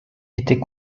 était